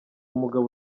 mugabo